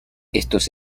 estos